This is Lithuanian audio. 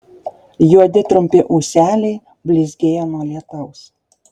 juodi trumpi ūseliai blizgėjo nuo lietaus